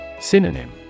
Synonym